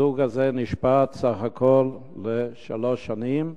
הזוג הזה נשפט בסך הכול לשלוש שנים.